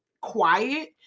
quiet